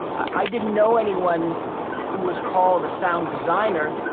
i didn't know anyone who was called a sound designer,